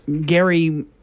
Gary